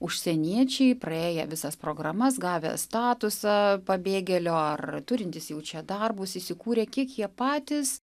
užsieniečiai praėję visas programas gavę statusą pabėgėlio ar turintys jau čia darbus įsikūrė kiek jie patys